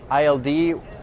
ILD